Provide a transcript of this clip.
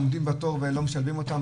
עומדים בתור ולא משלבים אותם?